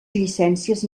llicències